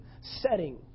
setting